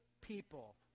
people